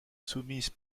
soumise